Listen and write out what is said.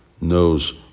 knows